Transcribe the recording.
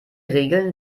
regeln